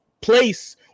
place